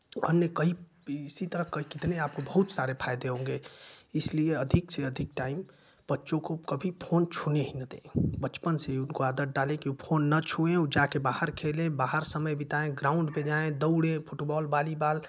अन्य कई इसी तरह कितने आपको बहुत सारे फायदे होंगे इसलिए अधिक से अधिक टाइम बच्चों को कभी फोन छूने ही न दें बचपन से उनको आदत डाले की उ फोन न छूये उ जाकर बाहर खेलें बाहर समय बिताएं ग्राउंड पर जाएँ दौड़ें फूटबाल बालीबाल